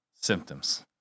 symptoms